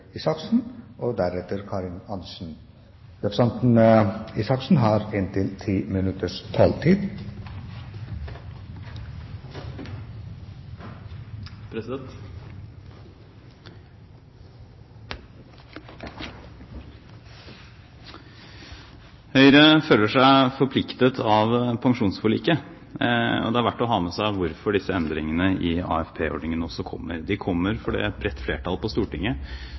pensjonsforliket, og det er verdt å ha med seg hvorfor disse endringene i AFP-ordningen kommer. De kommer fordi et bredt flertall på Stortinget